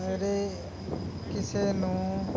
ਸਵੇਰੇ ਕਿਸੇ ਨੂੰ